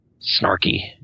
Snarky